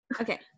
Okay